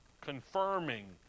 confirming